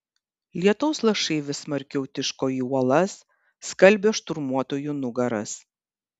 lietaus lašai vis smarkiau tiško į uolas skalbė šturmuotojų nugaras